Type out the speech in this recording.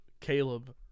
Caleb